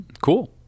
Cool